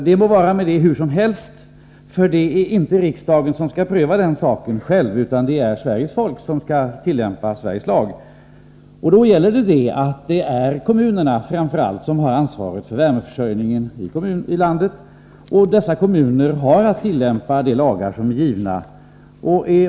Det må vara hur som helst med detta, för det är inte riksdagen som skall pröva den saken, det är Sveriges folk som skall tillämpa Sveriges lag. Det är framför allt kommunerna som har ansvaret för värmeförsörjningen i landet. Kommunerna har att tillämpa de lagar som finns.